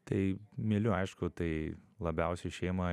tai myliu aišku tai labiausiai šeimą